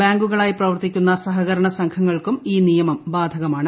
ബാങ്കുകളായി പ്രവർത്തിക്കുന്ന സഹകരണ സംഘങ്ങൾക്കും ഈ നിയമം ബാധകമാണ്